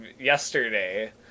yesterday